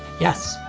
yes.